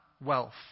wealth